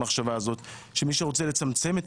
המחשבה הזאת שמי שרוצה לצמצם את